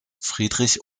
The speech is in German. friedrich